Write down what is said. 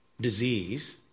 disease